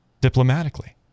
diplomatically